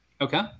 Okay